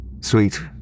Sweet